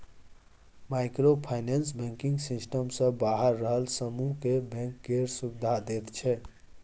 micro finance banking system सँ बाहर रहल समुह केँ बैंक केर सुविधा दैत छै